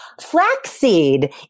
Flaxseed